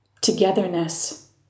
togetherness